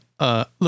Look